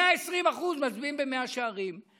120% מצביעים במאה שערים.